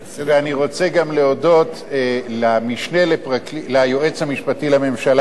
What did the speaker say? ואני רוצה גם להודות למשנה ליועץ המשפטי לממשלה,